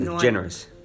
Generous